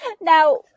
Now